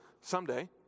someday